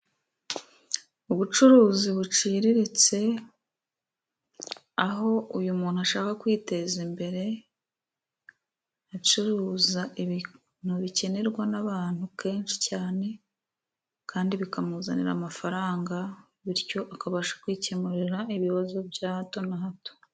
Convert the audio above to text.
Ubucuruzi buciriritse aho uyu muntu ashaka kwiteza imbere acuruza ibintu bikenerwa n'abantu kenshi cyane kandi bikamuzanira amafaranga, bityo akabasha kwikemurira ibibazo bya hato na hato.